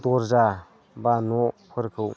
दर्जा बा न'फोरखौ